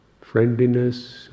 friendliness